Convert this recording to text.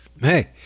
Hey